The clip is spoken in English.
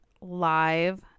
live